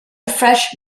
fresh